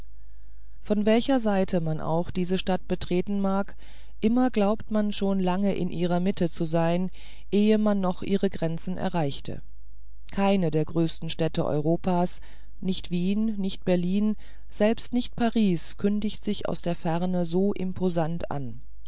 von welcher seite man auch diese stadt betreten mag immer glaubt man schon lange in ihrer mitte zu sein ehe man noch ihre grenzen erreichte keine der größten städte europas nicht wien nicht berlin selbst nicht paris kündigt sich aus der ferne so imposant an